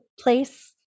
place